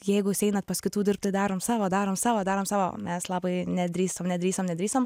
jeigu jūs einat pas kitų dirbt tai darom savo darom savo darom savo mes labai nedrįsom nedrįsom nedrįsom